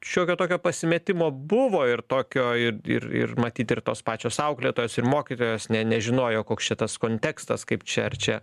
šiokio tokio pasimetimo buvo ir tokio ir ir ir matyt ir tos pačios auklėtojos ir mokytojos ne nežinojo koks čia tas kontekstas kaip čia ar čia